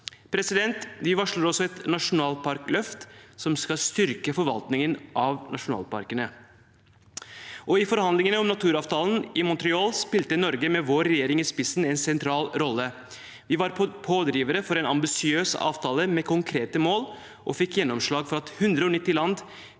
i 2025. Vi varsler også et nasjonalparkløft, som skal styrke forvaltningen av nasjonalparkene. I forhandlingene av naturavtalen i Montreal spilte Norge, med vår regjering i spissen, en sentral rolle. Vi var pådrivere for en ambisiøs avtale med konkrete mål og fikk gjennomslag for at 190 land